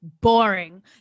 boring